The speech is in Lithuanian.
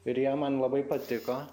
ir jie man labai patiko